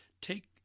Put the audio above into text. take